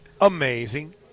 Amazing